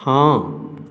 हाँ